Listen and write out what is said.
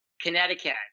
Connecticut